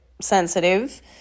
sensitive